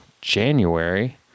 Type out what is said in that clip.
January